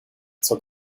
zur